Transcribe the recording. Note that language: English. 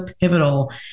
pivotal